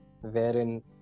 wherein